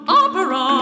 opera